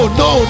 no